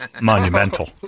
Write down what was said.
monumental